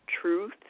truth